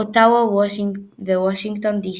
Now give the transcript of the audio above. אוטווה ווושינגטון די.סי.